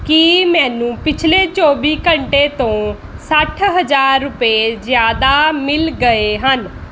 ਕੀ ਮੈਨੂੰ ਪਿਛਲੇ ਚੌਵੀ ਘੰਟੇ ਤੋਂ ਸੱਠ ਹਜ਼ਾਰ ਰੁਪਏ ਜ਼ਿਆਦਾ ਮਿਲ ਗਏ ਹਨ